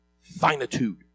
finitude